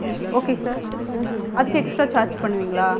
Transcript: ம் okay sir அதுக்கு extra charge பண்ணுவிங்களா